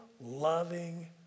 loving